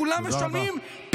תודה רבה.